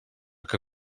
que